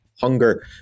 hunger